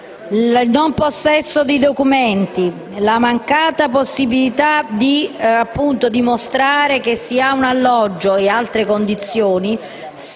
il non possesso di documenti, la mancata possibilità di dimostrare che si ha un alloggio e altre condizioni,